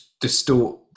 distort